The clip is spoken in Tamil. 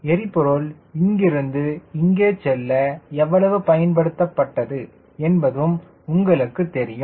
எரிபொருள் இங்கிருந்து இங்கு செல்ல எவ்வளவு பயன்படுத்தப்பட்டது என்பது உங்களுக்குத் தெரியும்